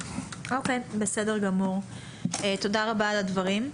בסדר גמור, תודה רבה על הדברים.